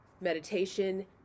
meditation